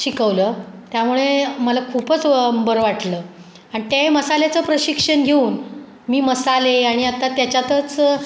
शिकवलं त्यामुळे मला खूपच बरं वाटलं आणि ते मसाल्याचं प्रशिक्षण घेऊन मी मसाले आणि आता त्याच्यातच